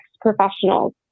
professionals